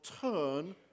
turn